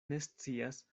nescias